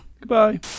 Goodbye